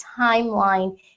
timeline